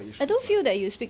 I don't feel that you speak